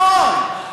המון.